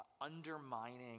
undermining